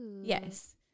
Yes